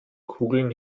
kugeln